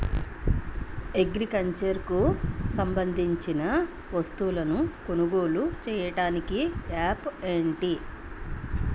Agriculture కు సంబందించిన వస్తువులను కొనుగోలు చేయటానికి యాప్లు ఏంటి?